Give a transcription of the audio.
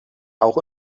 auch